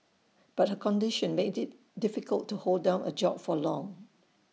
but her condition made IT difficult to hold down A job for long